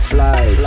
Fly